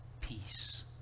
peace